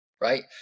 right